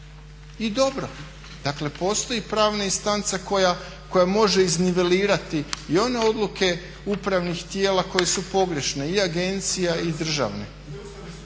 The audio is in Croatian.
i dobro. Dakle postoji pravna instanca koja može iznivelirati i one odluke upravnih tijela koje su pogrešne i agencija i državne.